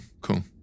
cool